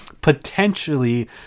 potentially